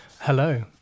Hello